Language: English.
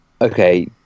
Okay